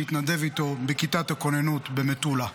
מתנדב איתו בכיתת הכוננות במטולה.